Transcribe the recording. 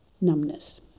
numbness